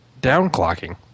downclocking